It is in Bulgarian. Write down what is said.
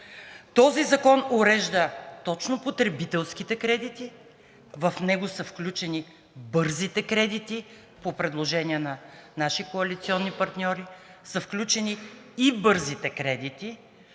Този закон урежда точно потребителските кредити, в него са включени бързите кредити, по предложение на наши коалиционни партньори са включени и бързите кредити,